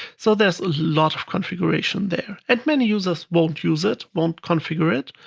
so there's a lot of configuration there, and many users won't use it, won't configure it,